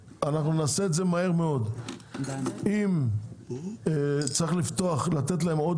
נעשה את זה מהר מאוד אם צריך לפתוח ולתת להם עוד